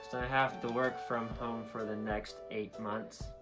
so i have to work from home for the next eight months.